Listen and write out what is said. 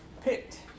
picked